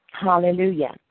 Hallelujah